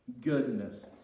goodness